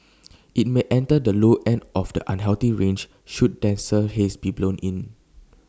IT may enter the low end of the unhealthy range should denser haze be blown in